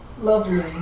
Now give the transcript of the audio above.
lovely